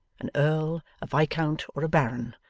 an earl, a viscount, or a baron,